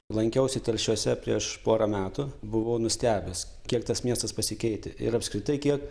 lankiausi telšiuose prieš porą metų buvau nustebęs kiek tas miestas pasikeitė ir apskritai kiek